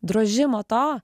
drožimo to